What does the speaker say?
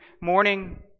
morning